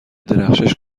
درخشش